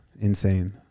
Insane